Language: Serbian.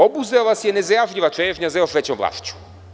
Obuzela vas je nezajažljiva čežnja za još većom vlašću.